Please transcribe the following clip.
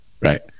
right